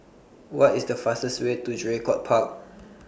What IS The fastest Way to Draycott Park